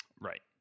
Right